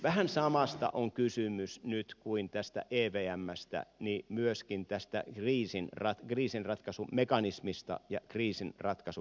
vähän samasta on kysymys nyt tässä evmssä kuin myöskin tässä kriisinratkaisumekanismissa ja kriisinratkaisurahastossa